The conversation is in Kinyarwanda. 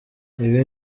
ibi